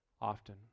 often